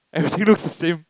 everything looks the same